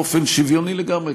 באופן שוויוני לגמרי,